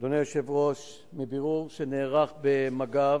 אדוני היושב-ראש, מבירור שנערך במג"ב,